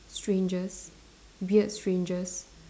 strangers weird strangers